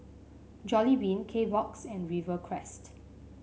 Jollibean Kbox and Rivercrest